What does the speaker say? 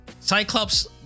Cyclops